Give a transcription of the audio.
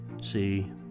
See